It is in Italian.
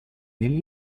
nelle